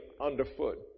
underfoot